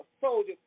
soldier